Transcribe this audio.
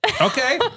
Okay